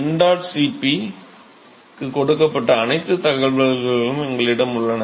ṁ Cp க்கு கொடுக்கப்பட்ட அனைத்து தகவல்களும் எங்களிடம் உள்ளன